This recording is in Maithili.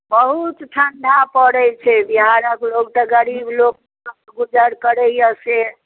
बहुत ठण्ढा पड़ै छै बिहारक लोक तऽ गरीब लोक कोना गुजर करैए से